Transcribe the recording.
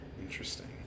Interesting